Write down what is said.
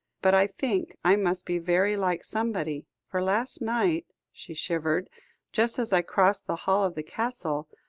but i think i must be very like somebody, for last night she shivered just as i crossed the hall of the castle,